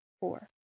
four